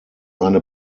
eine